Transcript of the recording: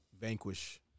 vanquish